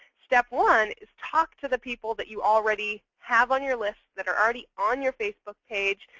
step one is talk to the people that you already have on your list, that are already on your facebook page,